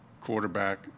quarterback